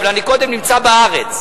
אבל אני קודם נמצא בארץ,